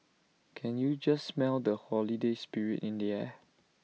can you just smell the holiday spirit in the air